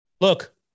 Look